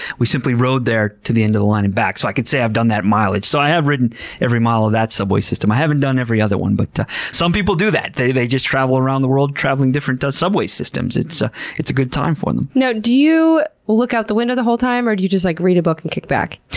we simply rode there to the end of the line and back, so i can say i've done that mileage. so i have ridden every mile of that subway system. i haven't done every other one, but some people do that. they they just travel around the world, traveling different subway systems. it's ah it's a good time for them. do you look out the window the whole time, or do you just like read a book and kickback?